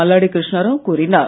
மல்லாடி கிருஷ்ணராவ் கூறினார்